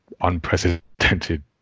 unprecedented